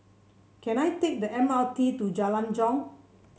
can I take the M R T to Jalan Jong